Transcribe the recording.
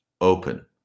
open